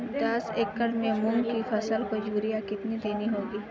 दस एकड़ में मूंग की फसल को यूरिया कितनी देनी होगी?